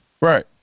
right